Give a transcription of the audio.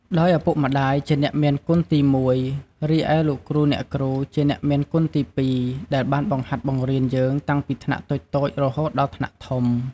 ដោយឪពុកម្តាយជាអ្នកមានគុណទីមួយរីឯលោកគ្រូ អ្នកគ្រូជាអ្នកមានគុណទីពីរដែលបានបង្ហាត់បង្រៀនយើងតាំងពីថ្នាក់តូចៗរហូតដល់ថ្នាក់ធំ។